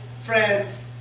friends